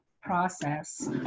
process